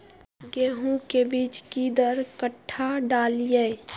गेंहू के बीज कि दर कट्ठा डालिए?